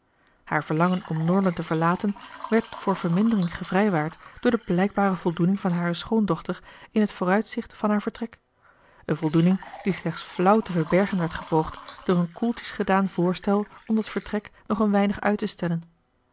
haar verlangen om norland te verlaten werd voor vermindering gevrijwaard door de blijkbare voldoening van hare schoondochter in t vooruitzicht van haar vertrek eene voldoening die slechts flauw te verbergen werd gepoogd door een koeltjes gedaan voorstel om dat vertrek nog een weinig uit te stellen